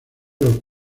los